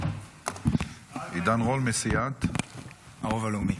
עידן רול מסיעת --- הרוב הלאומי.